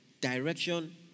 direction